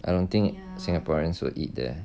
I don't think singaporeans will eat there